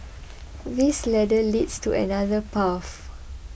this ladder leads to another path